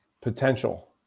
Potential